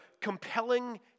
compelling